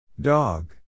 Dog